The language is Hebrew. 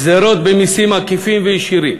גזירות במסים עקיפים וישירים,